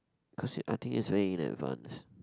cause I think is very in advanced